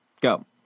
go